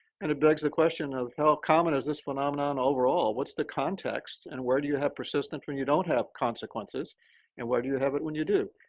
and it begs the question of how common is this phenomenon overall? what's the context? and where do you have persistence when you don't have consequences and where do you have it when you do?